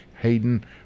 Hayden